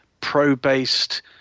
pro-based